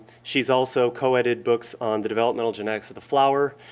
she's also co-edited books on the developmental genetics of the flower,